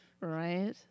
Right